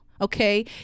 okay